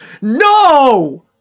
no